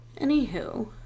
Anywho